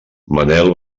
manel